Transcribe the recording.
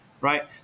right